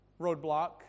roadblock